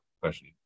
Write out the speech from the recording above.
question